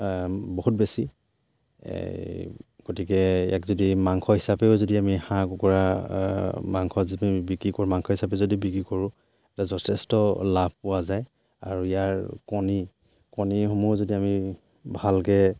বহুত বেছি গতিকে ইয়াক যদি মাংস হিচাপেও যদি আমি হাঁহ কুকুৰা মাংস যদি বিক্ৰী কৰোঁ মাংস হিচাপে যদি বিক্ৰী কৰোঁ যথেষ্ট লাভ পোৱা যায় আৰু ইয়াৰ কণী কণীসমূহ যদি আমি ভালকৈ